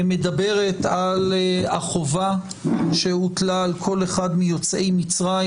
מדברת על החובה שהוטלה על כל אחד מיוצאי מצרים,